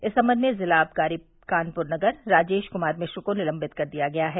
इस सम्बंध में जिला आबकारी कानपुर नगर राजेश कुमार मिश्रा को निलंबित कर दिया गया है